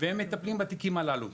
הם מטפלים בתיקים הללו.